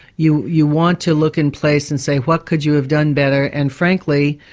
you you want to look in place and say what could you have done better? and frankly,